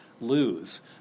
lose